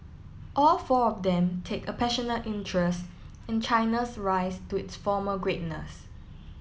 all four of them take a passionate interest in China's rise to its former greatness